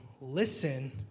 listen